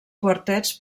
quartets